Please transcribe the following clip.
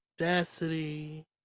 audacity